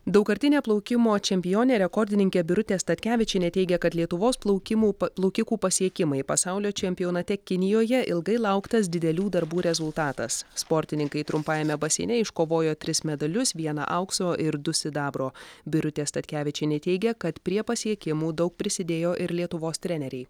daugkartinė plaukimo čempionė rekordininkė birutė statkevičienė teigia kad lietuvos plaukimų plaukikų pasiekimai pasaulio čempionate kinijoje ilgai lauktas didelių darbų rezultatas sportininkai trumpajame baseine iškovojo tris medalius vieną aukso ir du sidabro birutė statkevičienė teigia kad prie pasiekimų daug prisidėjo ir lietuvos treneriai